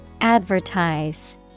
Advertise